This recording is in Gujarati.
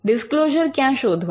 ડિસ્ક્લોઝર ક્યાં શોધવા